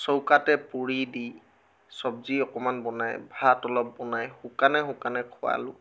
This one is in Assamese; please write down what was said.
চৌকাতে পুৰি দি চব্জি অকণ বনাই ভাত অলপ বনাই শুকানে শুকানে খুৱালোঁ